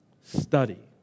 Study